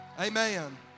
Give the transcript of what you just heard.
Amen